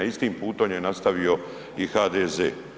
Istim putom je nastavio i HDZ.